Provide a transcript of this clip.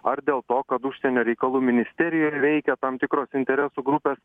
ar dėl to kad užsienio reikalų ministerijoje veikia tam tikros interesų grupės